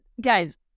guys